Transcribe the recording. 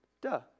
Duh